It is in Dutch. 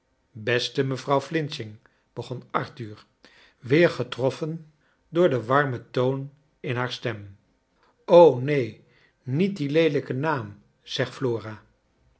beste mevrouw flinching begon arthur weer getroffen door den warmen toon in hare stem neen niet die leelijke naam